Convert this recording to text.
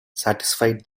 satisfied